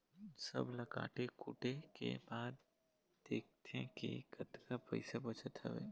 सब ल काटे कुटे के बाद देखथे के कतका पइसा बचत हवय